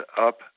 up